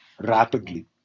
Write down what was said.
rapidly